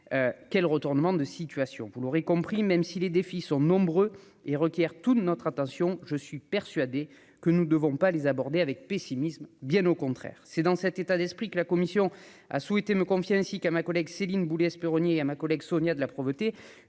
quel retournement de situation, vous l'aurez compris, même si les défis sont nombreux et requiert toute notre attention, je suis persuadé que nous devons pas les aborder avec pessimisme, bien au contraire, c'est dans cet état d'esprit que la commission a souhaité me confiait ainsi qu'à ma collègue, Céline Boulay-Espéronnier à ma collègue Sonia de la Provoté,